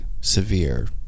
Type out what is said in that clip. severe